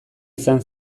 izan